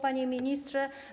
Panie Ministrze!